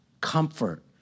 Comfort